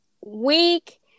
week